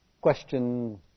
question